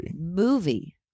Movie